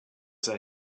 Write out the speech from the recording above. they